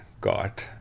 God